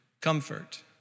comfort